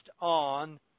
on